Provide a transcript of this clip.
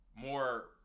more